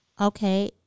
Okay